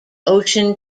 ocean